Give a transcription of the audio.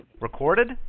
Recorded